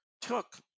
took